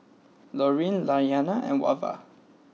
Lorene Iyanna and Wava